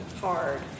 hard